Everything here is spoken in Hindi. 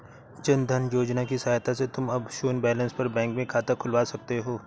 जन धन योजना की सहायता से तुम अब शून्य बैलेंस पर बैंक में खाता खुलवा सकते हो